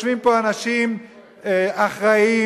יושבים פה אנשים אחראיים,